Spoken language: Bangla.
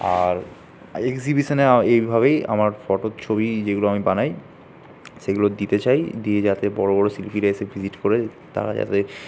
আর একজিবিশনে এইভাবেই আমার ফটোর ছবি যেগুলো আমি বানাই সেগুলো দিতে চাই যাতে বড়ো বড়ো শিল্পীরা এসে ভিজিট করে তারা যাতে